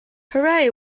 hooray